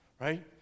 right